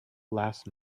last